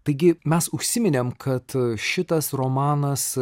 taigi mes užsiminėm kad šitas romanas